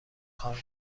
کار